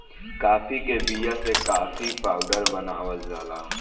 काफी के बिया से काफी पाउडर बनावल जाला